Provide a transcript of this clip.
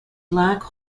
black